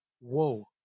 Whoa